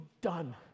done